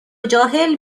جاهل